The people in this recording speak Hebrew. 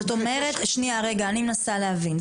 אני מנסה להבין.